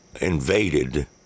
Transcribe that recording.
invaded